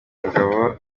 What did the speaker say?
mugabo